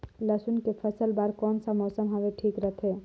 लसुन के फसल बार कोन सा मौसम हवे ठीक रथे?